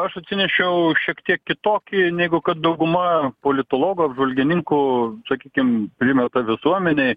aš atsinešiau šiek tiek kitokį negu kad dauguma politologų apžvalgininkų sakykim primeta visuomenei